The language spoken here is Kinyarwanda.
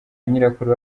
nyirakuru